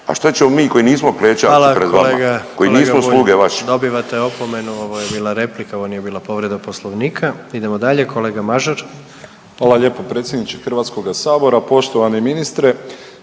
kolega Bulj. … /Upadica Bulj: … koji nismo sluge vaše./… Dobivate opomenu, ovo je bila replika, ovo nije bila povreda Poslovnika. Idemo dalje. Kolega Mažar. **Mažar, Nikola (HDZ)** Hvala lijepo predsjedniče Hrvatskoga sabora, poštovani ministre.